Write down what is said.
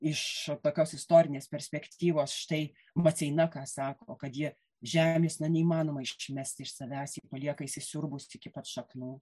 iš tokios istorinės perspektyvos štai maceina ką sako kad ji žemės na neįmanoma išmesti iš savęs ji palieka įsisiurbus iki pat šaknų